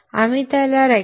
आपण त्याला rectifier